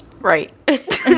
Right